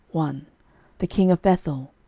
one the king of bethel,